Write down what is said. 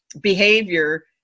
behavior